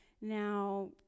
now